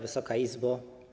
Wysoka Izbo!